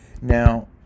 now